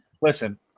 Listen